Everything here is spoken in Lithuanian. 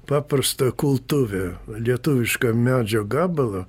paprastą kultuvę lietuvišką medžio gabalą